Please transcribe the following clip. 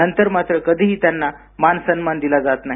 नंतर मात्र कधीही त्यांना मान सन्मान दिला जात नाही